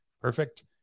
perfect